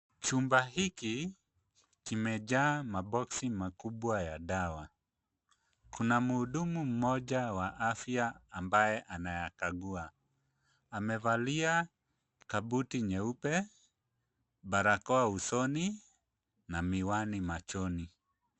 Chumba hiki kimejaa maboksi makubwa ya dawa. Kuna mhudumu mmoja wa afya ambaye anayakagua amevalia kabuti nyeupe, barakoa usoni na miwani machoni.